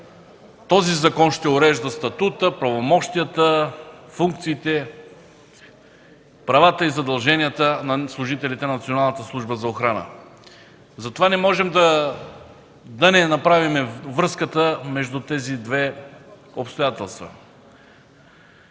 този закон ще урежда статута, правомощията, функциите, правата и задълженията на служителите на Националната служба за охрана. Затова не можем да не направим връзката между тези две обстоятелства.